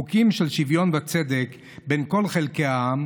חוקים של שוויון וצדק בין כל חלקי העם,